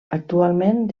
actualment